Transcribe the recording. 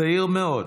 צעיר מאוד,